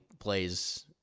plays